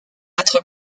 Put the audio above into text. être